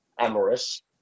Amorous